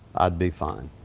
i'd be fine.